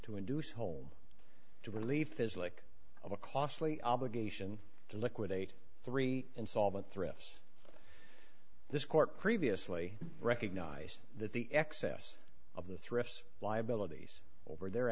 to induce home to relief is like a costly obligation to liquidate three insolvent thrifts this court previously recognize that the excess of the thrifts liabilities over their